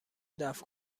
دفع